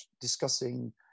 discussing